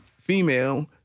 female